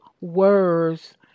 words